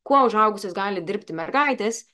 kuo užaugusios gali dirbti mergaitės